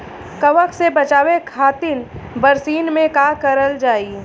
कवक से बचावे खातिन बरसीन मे का करल जाई?